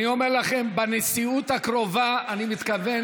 אני אומר לכם: בנשיאות הקרובה אני מתכוון